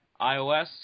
iOS